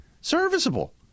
serviceable